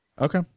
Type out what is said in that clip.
Okay